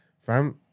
Fam